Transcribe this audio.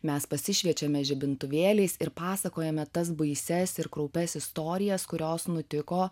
mes pasišviečiame žibintuvėliais ir pasakojame tas baisias ir kraupias istorijas kurios nutiko